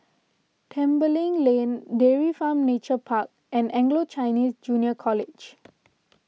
Tembeling Lane Dairy Farm Nature Park and Anglo Chinese Junior College